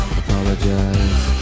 apologize